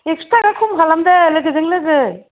एकस' थाखा खम खालामदो लोगोजों लोगो